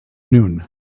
noon